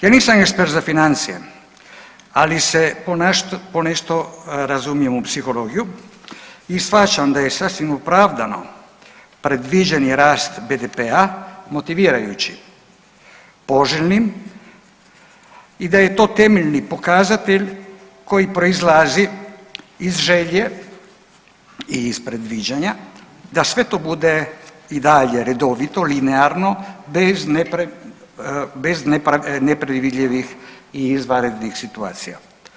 Ja nisam ekspert za financije, ali se ponešto razumijem u psihologiju i shvaćam da je sasvim opravdano predviđeni rast BDP-a motivirajući, poželjni i da je to temeljni pokazatelj koji proizlazi iz želje i iz predviđanja da sve to bude i dalje redovito, linearno bez nepredvidljivih i izvanrednih situacija.